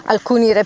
Alcuni